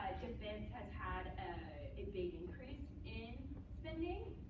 defense has had ah a big increase in spending,